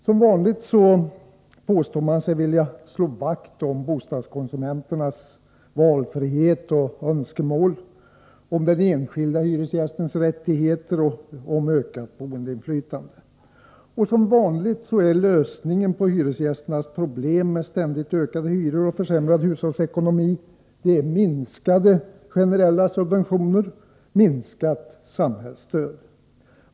Som vanligt påstår de sig vilja slå vakt om bostadskonsumenternas valfrihet och önskemål, om den enskilde hyresgästens rättigheter och om boendeinflytandet. Som vanligt är lösningen på hyresgästernas problem med ständigt ökade hyror och försämrad hushållsekonomi minskade generella subventioner, minskat samhällsstöd.